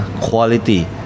quality